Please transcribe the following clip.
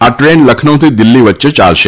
આ દ્રેન લખનૌથી દિલ્હી વચ્ચે ચાલશે